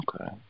Okay